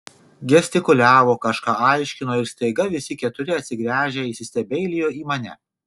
gestikuliavo kažką aiškino ir staiga visi keturi atsigręžę įsistebeilijo į mane